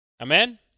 Amen